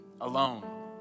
alone